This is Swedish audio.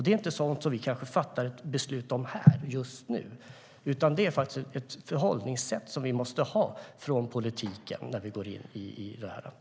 Det är inte sådant vi fattar beslut om här, just nu, utan det är ett förhållningssätt vi måste ha från politiken när vi går in i detta.